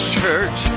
church